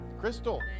Crystal